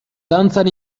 dantzan